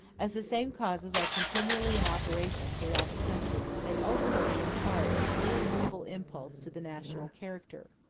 as the same causes are continually in operation throughout the country, they ultimately impart an irresistible impulse to the national character.